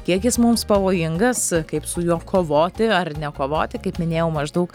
kiek jis mums pavojingas kaip su juo kovoti ar nekovoti kaip minėjau maždaug